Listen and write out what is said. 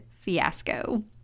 Fiasco